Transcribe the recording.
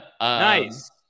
Nice